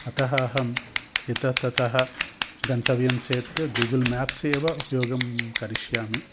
अतः अहम् इतः ततः गन्तव्यं चेत् गूगल् मेप्स् एव उपयोगं करिष्यामि